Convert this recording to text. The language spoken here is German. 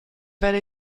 werde